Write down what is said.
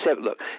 look